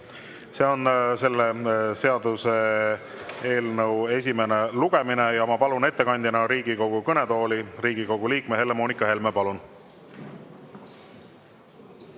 See on selle seaduseelnõu esimene lugemine ja ma palun ettekandjana Riigikogu kõnetooli Riigikogu liikme Helle-Moonika Helme. Palun!